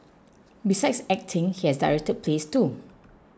besides acting he has directed plays too